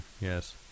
Yes